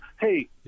Hey